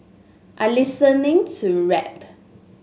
I listening to rap